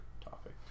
topic